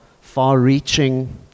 far-reaching